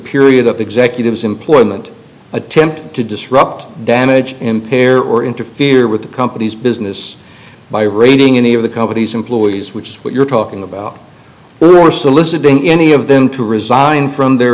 period of executives employment attempt to disrupt damage in pair or interfere with the company's business by reading any of the company's employees which is what you're talking about there are soliciting any of them to resign from their